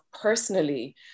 personally